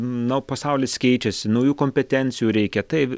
na o pasaulis keičiasi naujų kompetencijų reikia taip